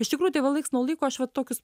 iš tikrųjų tai va laiks nuo laiko aš vat tokius